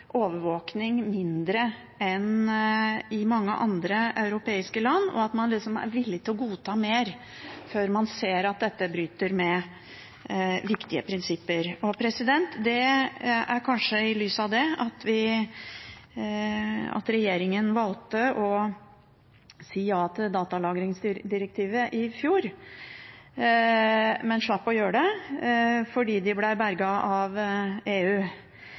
overvåkning mindre enn i mange andre europeiske land, og at man er villig til å godta mer før man ser at dette bryter med viktige prinsipper. Det er kanskje i lys av det at regjeringen valgte å si ja til datalagringsdirektivet i fjor, men slapp å implementere det fordi de ble berget av EU.